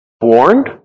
warned